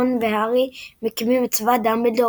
רון והארי מקימים את צבא דמבלדור,